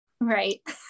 Right